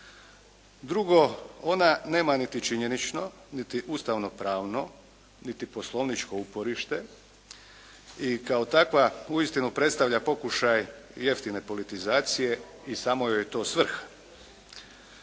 Drugo, ona nema niti činjenično, niti ustavno-pravno, niti poslovničko uporište i kao takva uistinu predstavlja pokušaj jeftine politizacije i samo joj je to svrha.